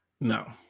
No